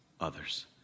others